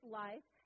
life